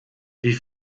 wie